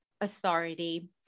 authority